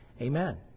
Amen